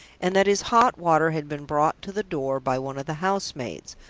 and that his hot water had been brought to the door by one of the house-maids,